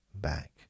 back